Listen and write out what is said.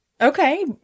Okay